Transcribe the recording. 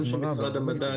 גם של משרד המדע,